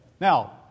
Now